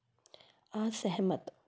असहमत